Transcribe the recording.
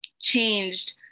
changed